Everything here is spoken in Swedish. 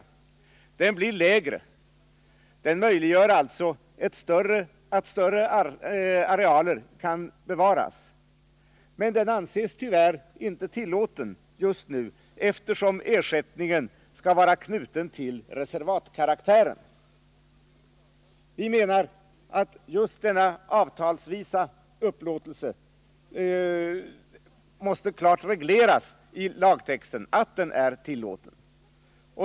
Den ersättningen blir lägre och möjliggör alltså att större arealer kan bevaras. Men den anses tyvärr inte tillåten just nu, eftersom den skall vara knuten till reservatkaraktären. Vi menar att just denna avtalsvisa upplåtelse måste i lagtexten klart anges som tillåten.